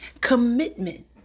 Commitment